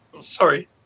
sorry